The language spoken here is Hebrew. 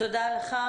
תודה לך.